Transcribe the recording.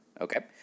Okay